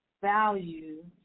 Value